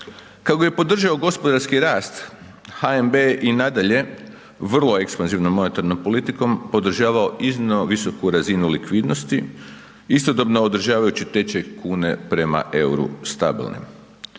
Kako bi podržao gospodarski rast, HNB je i nadalje vrlo ekspanzivno monetarnom politikom podržavao iznimno visoku razinu likvidnosti istodobno održavajući tečaj kune prema EUR-u stabilnim.